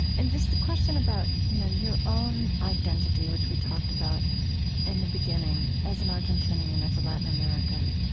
and just the question about you know your own identity which we talked about in the beginning as an argentinian, as a latin american,